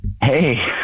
Hey